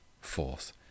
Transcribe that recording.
Fourth